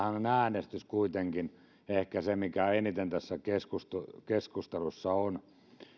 on meillä ehkä kuitenkin se mikä eniten on tässä keskustelussa keskustelussa